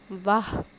واہ